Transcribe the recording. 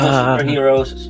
superheroes